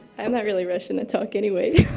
i'm not really rushing to talk anyway.